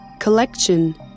Collection